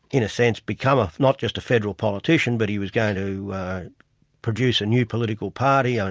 in a sense, become ah not just a federal politician, but he was going to produce a new political party, and